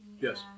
Yes